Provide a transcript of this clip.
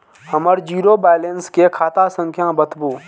हमर zero balance के खाता संख्या बतबु?